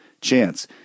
chance